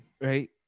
right